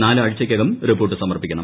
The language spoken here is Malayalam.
നാലാഴ്ചക്കകം റിപ്പോർട്ട് സമർപ്പിക്കണം